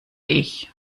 ich